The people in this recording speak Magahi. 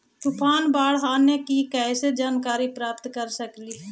तूफान, बाढ़ आने की कैसे जानकारी प्राप्त कर सकेली?